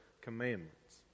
commandments